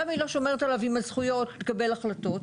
למה היא לא שומרת עליו עם הזכויות לקבל החלטות?